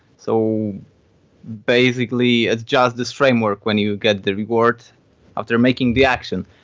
so basically, it's just this framework when you get the reward after making the action.